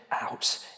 out